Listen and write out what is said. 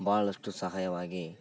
ಭಾಳಷ್ಟು ಸಹಾಯವಾಗಿ